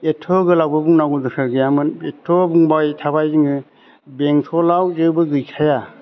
एथ' गोलावबो बुंनावगौ दोरखारबो गैयामोन एथ' बुंबाय थाबाय जोङो बेंथलाव जेबो गैखाया